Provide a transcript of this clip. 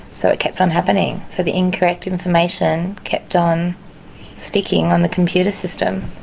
so it kept on happening. so the incorrect information kept on sticking on the computer system.